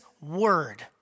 word